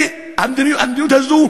המדיניות הזאת,